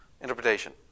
interpretation